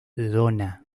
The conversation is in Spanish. donna